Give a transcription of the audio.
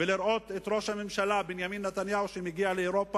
לראות את ראש הממשלה בנימין נתניהו מגיע לאירופה